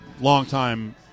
longtime